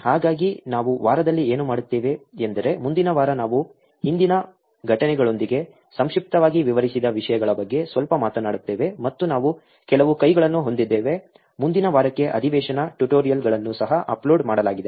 ಹಾಗಾಗಿ ನಾವು ವಾರದಲ್ಲಿ ಏನು ಮಾಡುತ್ತೇವೆ ಎಂದರೆ ಮುಂದಿನ ವಾರ ನಾವು ಇಂದಿನ ಘಟನೆಗಳೊಂದಿಗೆ ಸಂಕ್ಷಿಪ್ತವಾಗಿ ವಿವರಿಸಿದ ವಿಷಯಗಳ ಬಗ್ಗೆ ಸ್ವಲ್ಪ ಮಾತನಾಡುತ್ತೇವೆ ಮತ್ತು ನಾವು ಕೆಲವು ಕೈಗಳನ್ನು ಹೊಂದಿದ್ದೇವೆ ಮುಂದಿನ ವಾರಕ್ಕೆ ಅಧಿವೇಶನ ಟ್ಯುಟೋರಿಯಲ್ಗಳನ್ನು ಸಹ ಅಪ್ಲೋಡ್ ಮಾಡಲಾಗಿದೆ